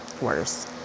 worse